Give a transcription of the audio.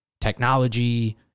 technology